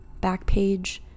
Backpage